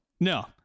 No